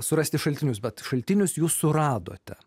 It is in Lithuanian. surasti šaltinius bet šaltinius jūs suradote